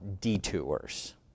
detours